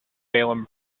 salem